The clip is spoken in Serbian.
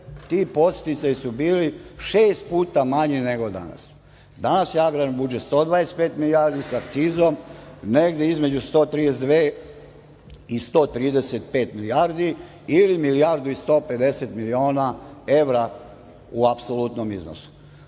ti podsticaji su bili šest puta manji nego danas. Danas je agrarni budžet 125 milijardi, sa akcizom negde između 132 i 135 milijardi ili milijardu i 150 miliona evra u apsolutnom iznosu.